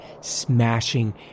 smashing